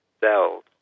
cells